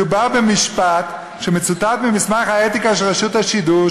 מדובר במשפט שמצוטט ממסמך האתיקה של רשות השידור,